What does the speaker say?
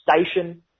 station